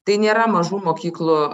tai nėra mažų mokyklų